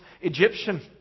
Egyptian